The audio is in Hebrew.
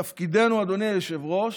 תפקידנו, אדוני היושב-ראש,